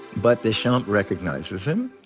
but deschamps recognizes him.